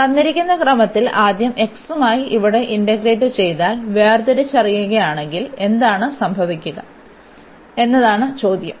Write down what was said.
തന്നിരിക്കുന്ന ക്രമത്തിൽ ആദ്യം x മായി ഇവിടെ ഇന്റഗ്രേറ്റ് ചെയ്താൽ വേർതിരിച്ചറിയുകയാണെങ്കിൽ എന്താണ് സംഭവിക്കുക എന്നതാണ് ചോദ്യം